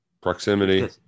Proximity